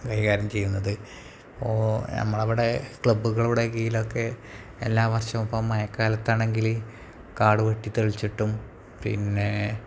കൈകാര്യം ചെയ്യുന്നത് ഇപ്പോള് നമ്മളവിടെ ക്ലബ്ബുകളുടെ കീഴിലൊക്കെ എല്ലാ വർഷവും ഇപ്പോഴും മഴക്കാലത്താണെങ്കില് കാട് വെട്ടി തെളിച്ചിട്ടും പിന്നെ